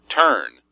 Turn